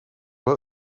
wel